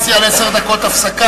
תעלה ותבוא